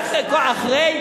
מה זה קשור לבית-המשפט?